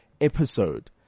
episode